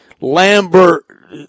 Lambert